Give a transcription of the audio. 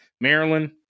Maryland